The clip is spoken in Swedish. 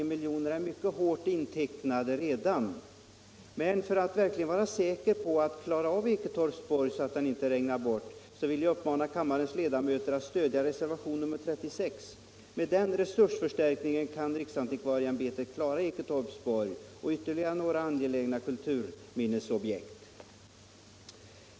Jag vill uppmana kammarens ledamöter att stödja reservationen 36 för att man verkligen skall vara säker på att klara av Eketorps borg så att den inte regnar bort eller måste fyllas igen. Med den resursförstärkningen på 5 milj.kr. kan riksantikvarieämbetet klara Eketorps borg och ytterligare några angelägna kulturminnesobjekt.